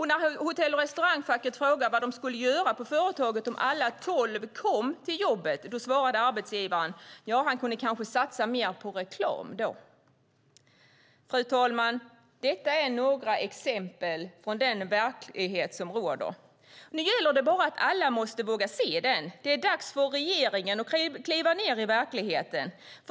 När Hotell och restaurangfacket frågade vad de skulle göra på företaget om alla tolv kom till jobbet svarade arbetsgivaren att han kanske kunde satsa mer på reklam. Fru talman! Detta är några exempel från den verklighet som råder. Nu gäller det bara att alla måste våga se den. Det är dags för regeringen att kliva ned i verkligheten.